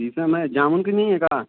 इस समय जामुन की नहीं है क्या